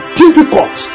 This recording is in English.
difficult